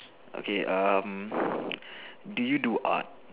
okay um do you do art